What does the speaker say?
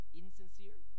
insincere